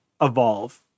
evolve